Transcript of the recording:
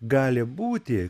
gali būti